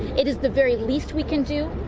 it is the very least we can do.